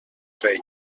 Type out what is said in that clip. rei